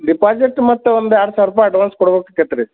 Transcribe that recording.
deposit ಮತ್ತೆ ಒಂದು ಆರು ಸಾವ್ರ ರೂಪಾಯಿ ಅಡ್ವಾನ್ಸ್ ಕೊಡಬೇಕ್ಕಾಕೈತ್ರಿ